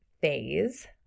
phase